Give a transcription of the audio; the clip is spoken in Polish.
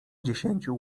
dziesięciu